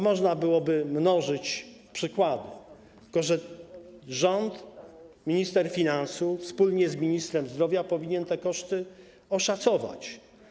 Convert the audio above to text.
Można byłoby mnożyć przykłady, tylko że rząd, minister finansów wspólnie z ministrem zdrowia powinni te koszty oszacować.